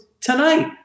tonight